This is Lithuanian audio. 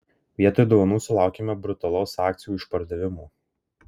vietoj dovanų sulaukėme brutalaus akcijų išpardavimo